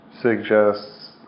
suggests